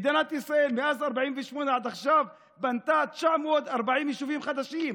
מדינת ישראל מאז 48' ועד עכשיו בנתה 940 יישובים חדשים,